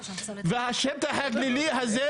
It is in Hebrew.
והשטח הגלילי הזה,